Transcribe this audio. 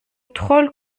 troll